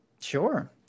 Sure